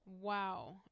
Wow